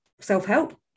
self-help